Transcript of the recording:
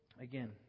again